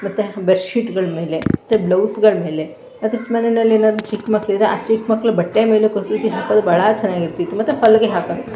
ಮತ್ತು ಬೆಡ್ಶೀಟುಗಳ್ಮೇಲೆ ಮತ್ತು ಬ್ಲೌಸುಗಳ್ಮೇಲೆ ಮತ್ತು ಮನೆಯಲ್ಲೇನಾದರೂ ಚಿಕ್ಕಮಕ್ಳಿದ್ರೆ ಆ ಚಿಕ್ಕಮಕ್ಳ ಬಟ್ಟೆ ಮೇಲೂ ಕಸೂತಿ ಹಾಕೋದು ಭಾಳ ಚೆನ್ನಾಗಿರ್ತಿತ್ತು ಮತ್ತು ಹೊಲಿಗೆ ಹಾಕೋದು